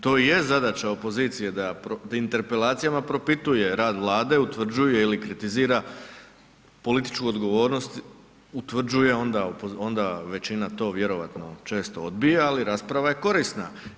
To i jest zadaća opozicije da interpelacijama propituje rad Vlade, utvrđuje ili kritizira političku odgovornost, utvrđuje, onda većina to vjerojatno često odbija, ali rasprava je korisna.